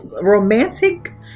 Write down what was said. romantic